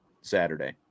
Saturday